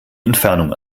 entfernung